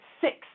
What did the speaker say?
six